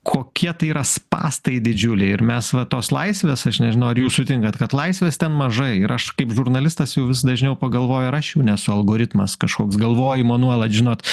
kokie tai yra spąstai didžiuliai ir mes vat tos laisvės aš nežinau ar jūs sutinkat kad laisvės ten mažai ir aš kaip žurnalistas jau vis dažniau pagalvoju ar aš jau nesu algoritmas kažkoks galvojimo nuolat žinot